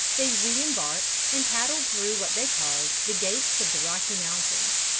they re-embarked, and paddled through what they called the gates of the rocky mountains.